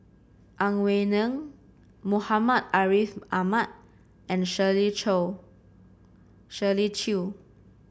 Ang Wei Neng Muhammad Ariff Ahmad and Shirley Chew